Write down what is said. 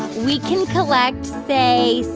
we can collect, say,